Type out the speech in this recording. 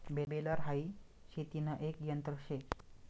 baler हाई शेतीन एक यंत्र शे